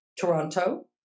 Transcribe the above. toronto